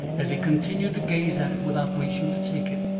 as he continued to gaze at it without reaching to take it.